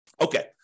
Okay